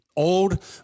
Old